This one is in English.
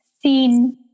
seen